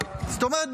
זאת אומרת,